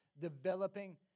developing